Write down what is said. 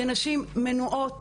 שנשים מנועות